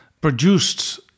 produced